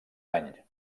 any